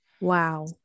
Wow